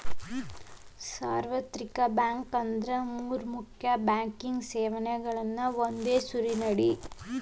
ಸಾರ್ವತ್ರಿಕ ಬ್ಯಾಂಕ್ ಅಂದ್ರ ಮೂರ್ ಮುಖ್ಯ ಬ್ಯಾಂಕಿಂಗ್ ಸೇವೆಗಳನ್ನ ಒಂದೇ ಸೂರಿನಡಿ ಸಂಯೋಜಿಸೋ ಬ್ಯಾಂಕ್